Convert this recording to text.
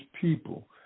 people